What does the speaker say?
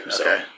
okay